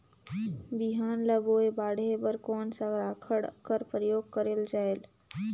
बिहान ल बोये बाढे बर कोन सा राखड कर प्रयोग करले जायेल?